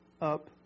up